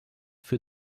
für